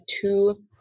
two